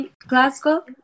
Glasgow